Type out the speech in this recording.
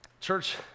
Church